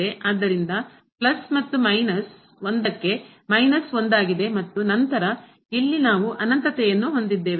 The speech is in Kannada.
ಆದ್ದರಿಂದ ಪ್ಲಸ್ ಮತ್ತು ಮೈನಸ್ ಒಂದಕ್ಕೆ ಮೈನಸ್ ಒಂದಾಗಿದೆ ಮತ್ತು ನಂತರ ಇಲ್ಲಿ ನಾವು ಅನಂತತೆಯನ್ನು ಹೊಂದಿದ್ದೇವೆ